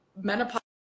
menopause